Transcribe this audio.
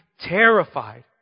terrified